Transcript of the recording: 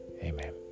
amen